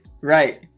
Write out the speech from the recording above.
Right